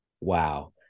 Wow